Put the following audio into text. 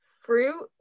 fruit